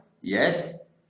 yes